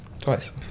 twice